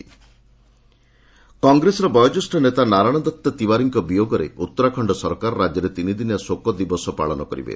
UK ND Tiwari କଂଗ୍ରେସର ବୟୋଜ୍ୟେଷ୍ଠ ନେତା ନାରାୟଣଦତ୍ତ ତିୱାରୀଙ୍କ ବିୟୋଗରେ ଉତ୍ତରାଖଣ୍ଡ ସରକାର ରାଜ୍ୟରେ ତିନିଦିନିଆ ଶୋକ ଦିବସ ପାଳନ କରିବେ